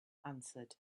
answered